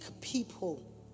people